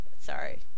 Sorry